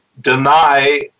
deny